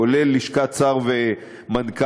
כולל לשכת שר ומנכ"ל,